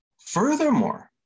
furthermore